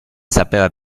sapeva